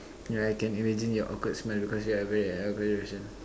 yeah I can imagine your awkward smell because you're aggra~ your aggravation ah